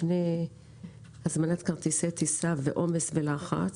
לפני הזמנת כרטיסי טיסה ועומס ולחץ,